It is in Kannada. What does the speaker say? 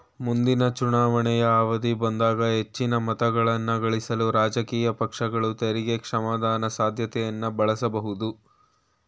ಮುಂದಿನ ಚುನಾವಣೆಯ ಅವಧಿ ಬಂದಾಗ ಹೆಚ್ಚಿನ ಮತಗಳನ್ನಗಳಿಸಲು ರಾಜಕೀಯ ಪಕ್ಷಗಳು ತೆರಿಗೆ ಕ್ಷಮಾದಾನದ ಸಾಧ್ಯತೆಯನ್ನ ಬಳಸಬಹುದು